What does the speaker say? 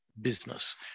business